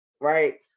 right